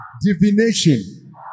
Divination